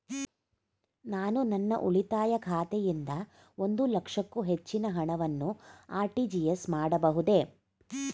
ನಾನು ನನ್ನ ಉಳಿತಾಯ ಖಾತೆಯಿಂದ ಒಂದು ಲಕ್ಷಕ್ಕೂ ಹೆಚ್ಚಿನ ಹಣವನ್ನು ಆರ್.ಟಿ.ಜಿ.ಎಸ್ ಮಾಡಬಹುದೇ?